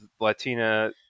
Latina